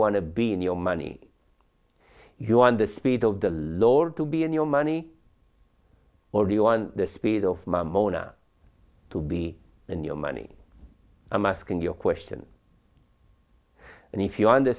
want to be in your money you under speed of the lord to be in your money or you on the speed of my mona to be in your money i'm asking your question and if you're on the